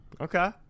okay